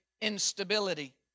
instability